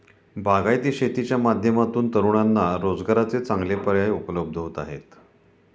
बागायती शेतीच्या माध्यमातून तरुणांना रोजगाराचे चांगले पर्याय उपलब्ध होत आहेत